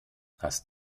hast